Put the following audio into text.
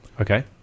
Okay